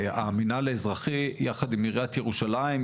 המינהל האזרחי יחד עם עיריית ירושלים?